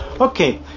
Okay